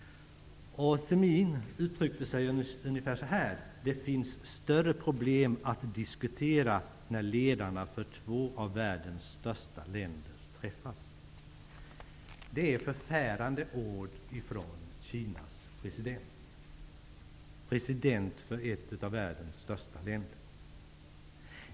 Zemin uttryckte sig ungefär så här: Det finns större problem att diskutera när ledarna för två av världens största länder träffas. Det är förfärande ord från Kinas president, från en president för ett av världens största länder.